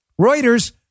Reuters